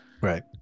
right